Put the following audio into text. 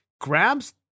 grabs